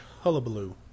hullabaloo